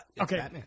Okay